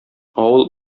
авыл